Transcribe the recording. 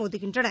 மோதுகின்றன